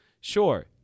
sure